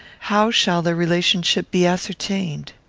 how shall their relationship be ascertained?